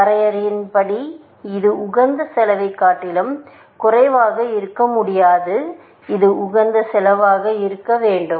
வரையறையின்படி இது உகந்த செலவைக் காட்டிலும் குறைவாக இருக்க முடியாது இது உகந்த செலவாக இருக்க வேண்டும்